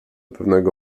pewnego